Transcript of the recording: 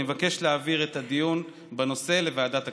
אני מבקש להעביר את הדיון בנושא לוועדת הכספים.